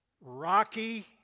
Rocky